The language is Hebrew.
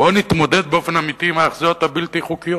בואו נתמודד באופן אמיתי עם ההיאחזויות הבלתי-חוקיות.